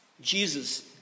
Jesus